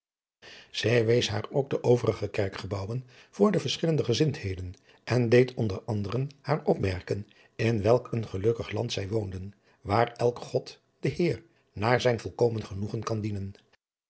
zij wees haar ook de overige kerkgebouwen voor de verschillende gezindheden en deed onder anderen haar opmerken in welk een gelukkig land zij woonden waar elk god den heer naar zijn volkomen genoegen kan dienen